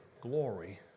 glory